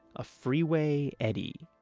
a freeway eddy